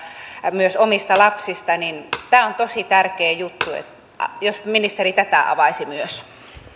myös omista lapsista on tosi tärkeä juttu jos ministeri tätä avaisi myös